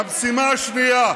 המשימה השנייה,